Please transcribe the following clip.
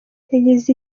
yagize